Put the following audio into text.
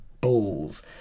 balls